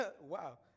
wow